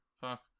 Fuck